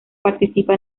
participa